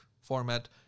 format